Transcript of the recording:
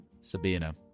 Sabina